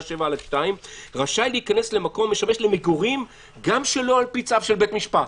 7(א)(2) רשאי להיכנס למקום המשמש למגורים גם שלא על פי צו של בית משפט,